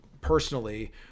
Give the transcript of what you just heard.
personally